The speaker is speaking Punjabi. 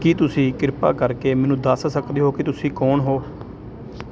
ਕੀ ਤੁਸੀਂ ਕਿਰਪਾ ਕਰਕੇ ਮੈਨੂੰ ਦੱਸ ਸਕਦੇ ਹੋ ਕਿ ਤੁਸੀਂ ਕੌਣ ਹੋ